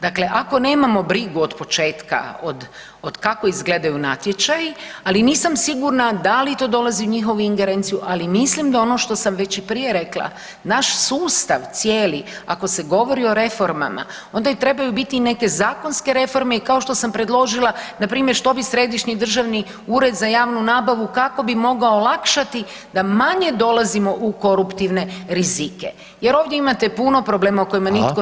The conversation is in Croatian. Dakle, ako nemamo brigu od početka, od kako izgledaju natječaji, ali nisam sigurna da li to dolazi u njihovu ingerenciju, ali mislim da ono što sam već i prije rekla, naš sustav cijeli ako se govori o reformama, onda i trebaju biti neke zakonske reforme i kao što sam predložila, npr. što bi Središnji državni ured za javnu nabavu, kako bi mogao olakšati da manje dolazimo u koruptivne rizike jer ovdje imate problema o kojima nitko nije govorio.